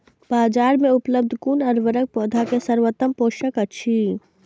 बाजार में उपलब्ध कुन उर्वरक पौधा के सर्वोत्तम पोषक अछि?